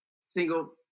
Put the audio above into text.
single